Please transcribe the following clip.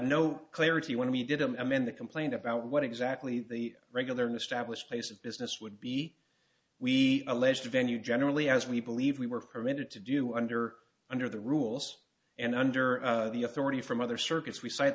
o clarity when we did amend the complaint about what exactly the regular an established place of business would be we alleged venue generally as we believe we were permitted to do under under the rules and under the authority from other circuits we s